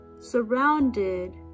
surrounded